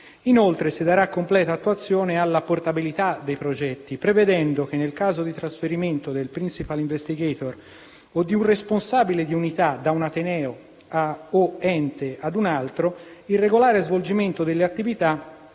Inoltre, si darà completa attuazione alla portabilità dei progetti prevedendo che, nel caso di trasferimento del *principal investigator* o di un responsabile di unità da un ateneo o ente ad altro, il regolare svolgimento delle attività